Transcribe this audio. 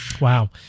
Wow